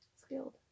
Skilled